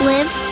Live